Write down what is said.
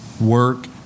work